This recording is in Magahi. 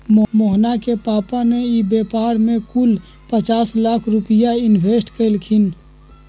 मोहना के पापा ने ई व्यापार में कुल पचास लाख रुपईया इन्वेस्ट कइल खिन